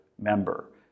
member